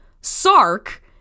Sark